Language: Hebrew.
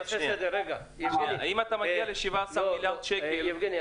אם אתה מגיע ל-17 מיליארד שקל -- יבגני,